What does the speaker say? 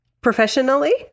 professionally